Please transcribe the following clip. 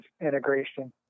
integration